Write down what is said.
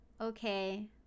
Okay